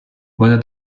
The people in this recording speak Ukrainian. вони